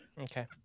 Okay